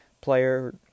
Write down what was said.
player